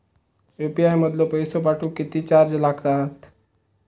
UPI मधलो पैसो पाठवुक किती चार्ज लागात?